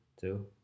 Two